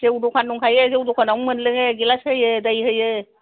जौ दखान दंखायो जौ दखानावनो मोनलोङो गिलास होयो दै होयो